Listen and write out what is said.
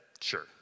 Sure